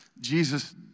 Jesus